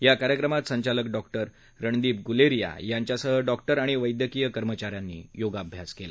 या कार्यक्रमात संचालक डॉक्टर रणदीप गुलेरिया यांच्यासह डॉक्टर आणि वैद्यकिय कर्मचाऱ्यांनी योगाभ्यास केला